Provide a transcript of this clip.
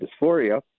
dysphoria